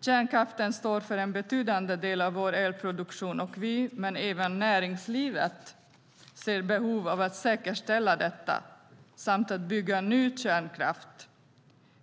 Kärnkraften står för en betydande del av vår elproduktion, och vi, men även näringslivet, ser behovet av att säkerställa detta och att bygga ny kärnkraft.